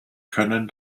können